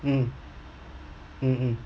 mm mm mm